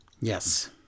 Yes